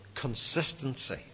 Consistency